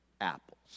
apples